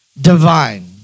divine